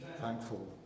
Thankful